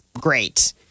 great